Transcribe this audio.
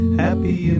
happy